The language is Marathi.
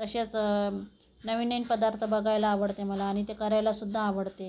तसेच नवीन नवीन पदार्थ बघायला आवडते मला आणि ते करायलासुद्धा आवडते